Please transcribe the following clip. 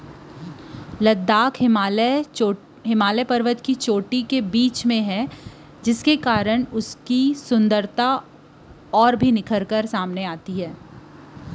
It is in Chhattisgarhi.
लद्दाख ह हिमालय परबत के चोटी के बीच म हे जेखर सेती ए ह बिकट के सुग्घर दिखथे